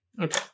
Okay